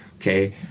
okay